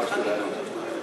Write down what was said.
ישדרו במרס 2014?